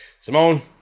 Simone